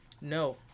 No